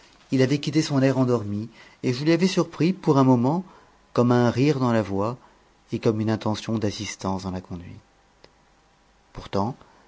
il avait quitté son air endormi et je lui avais surpris pour un moment comme un rire dans la voix et comme une intention d'assistance dans la conduite pourtant